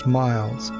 miles